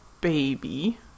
baby